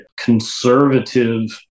conservative